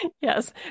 Yes